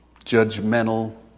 judgmental